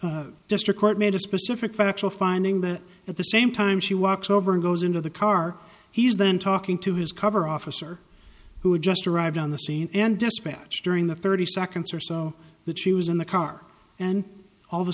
the district court made a specific factual finding that at the same time she walks over and goes into the car he is then talking to his cover officer who had just arrived on the scene and dispatch during the thirty seconds or so that she was in the car and all of a